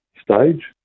stage